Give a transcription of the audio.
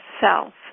self